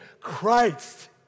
Christ